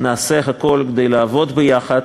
נעשה הכול כדי לעבוד יחד,